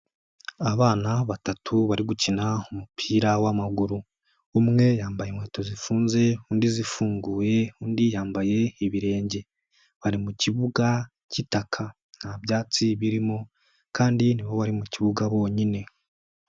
Abana batatu bari gukina umupira w'amaguru, umwe yambaye inkweto zifunze undi zifunguye, undi yambaye ibirenge bari mu kibuga cy'itakaka nta byatsi birimo kandi niho mu kibuga honyine.